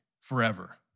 forever